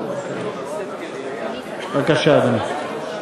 בבקשה, אדוני.